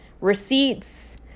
Receipts